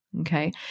okay